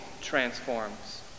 transforms